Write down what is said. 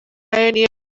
ayo